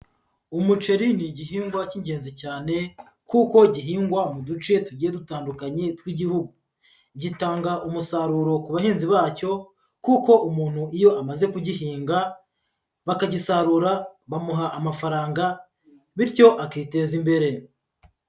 Umuceri ni igihingwa cy'ingenzi cyane kuko gihingwa mu duce tugiye dutandukanye tw'Igihugu, gitanga umusaruro ku bahinzi bacyo kuko umuntu iyo amaze kugihinga bakagisarura bamuha amafaranga bityo akiteza imbere.